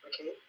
Okay